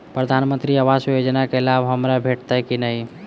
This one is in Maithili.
प्रधानमंत्री आवास योजना केँ लाभ हमरा भेटतय की नहि?